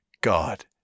God